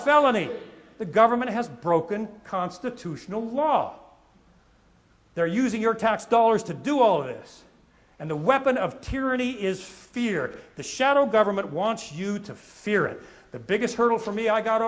felony the government has broken constitutional law they're using your tax dollars to do all this and the weapon of tyranny is fear the shadow government wants you to fear it the biggest hurdle for me i got